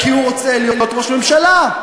כי הוא רוצה להיות ראש ממשלה,